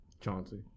Chauncey